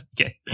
Okay